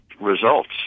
results